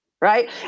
right